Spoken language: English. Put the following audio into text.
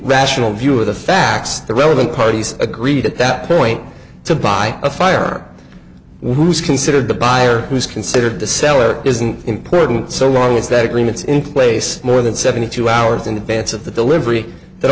rational view of the facts the relevant parties agreed at that point to buy a firearm was considered the buyer who is considered the seller isn't important so long as that agreements in place more than seventy two hours in advance of the delivery that